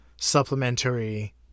supplementary